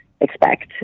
expect